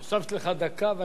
ואני מוסיף לך עוד דקה,